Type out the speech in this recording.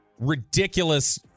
ridiculous